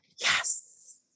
Yes